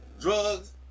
drugs